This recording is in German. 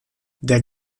der